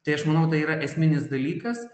tai aš manau tai yra esminis dalykas